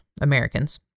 Americans